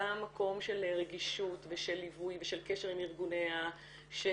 גם מקום של רגישות ושל ליווי ושל קשר עם ארגוני השטח,